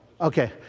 Okay